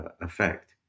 effect